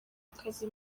akazi